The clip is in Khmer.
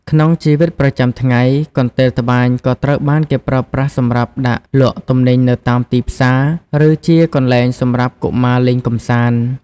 ក្នុងជីវិតប្រចាំថ្ងៃ កន្ទេលត្បាញក៏ត្រូវបានគេប្រើប្រាស់សម្រាប់ដាក់លក់ទំនិញនៅតាមទីផ្សារ ឬជាកន្លែងសម្រាប់កុមារលេងកម្សាន្ត។